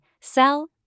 sell